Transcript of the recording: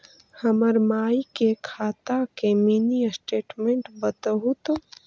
हमर माई के खाता के मीनी स्टेटमेंट बतहु तो?